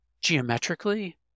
geometrically